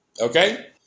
Okay